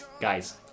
Guys